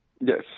Yes